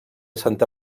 santa